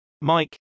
Mike